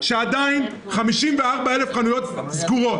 כשעדיין 54,000 חנויות סגורות,